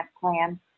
plan